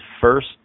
first